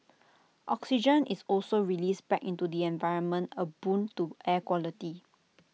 oxygen is also released back into the environment A boon to air quality